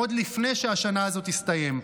עוד לפני שהשנה הזאת תסתיים.